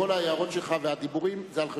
כל ההערות שלך והדיבורים הם על חשבונך.